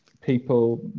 people